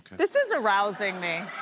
this is arousing me.